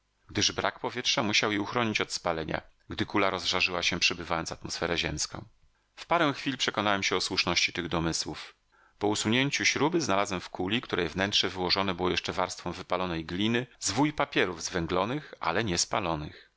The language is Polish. gdyż brak powietrza musiał je uchronić od spalenia gdy kula rozżarzyła się przebywając atmosferę ziemską w parę chwil przekonałem się o słuszności tych domysłów po usunięciu śruby znalazłem w kuli której wnętrze wyłożone było jeszcze warstwą wypalonej gliny zwój papierów zwęglonych ale nie spalonych